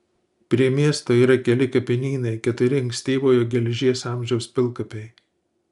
prie miesto yra keli kapinynai keturi ankstyvojo geležies amžiaus pilkapiai